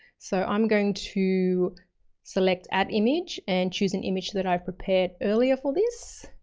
so i'm going to select, add image, and choose an image that i've prepared earlier for this.